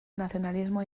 nacionalismo